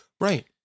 Right